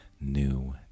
new